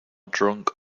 drunk